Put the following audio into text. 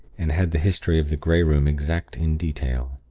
and had the history of the grey room exact in detail.